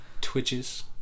Twitches